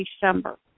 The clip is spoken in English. December